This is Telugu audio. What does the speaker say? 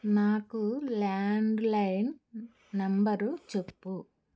నాకు ల్యాండ్లైన్ నంబరు చెప్పుము